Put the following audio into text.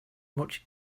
much